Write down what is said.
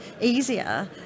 easier